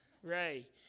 Ray